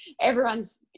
everyone's